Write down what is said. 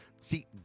See